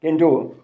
কিন্তু